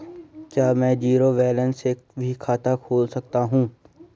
क्या में zero balance से भी खाता खोल सकता हूँ?